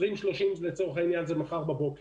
כך שמהבחינה הזאת 2030 זה מחר בבוקר.